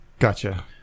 Gotcha